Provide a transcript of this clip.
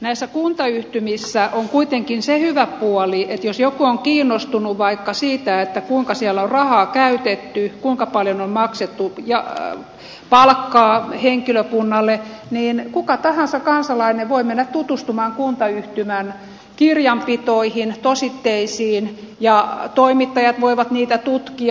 näissä kuntayhtymissä on kuitenkin se hyvä puoli että jos joku on kiinnostunut vaikka siitä kuinka siellä on rahaa käytetty kuinka paljon on maksettu palkkaa henkilökunnalle niin kuka tahansa kansalainen voi mennä tutustumaan kuntayhtymän kirjanpitoihin tositteisiin ja toimittajat voivat niitä tutkia